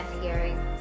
hearing